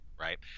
Right